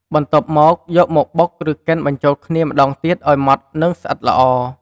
បន្ទាប់មកយកមកបុក ឬកិនបញ្ចូលគ្នាម្ដងទៀតឱ្យម៉ត់ និងស្អិតល្អ។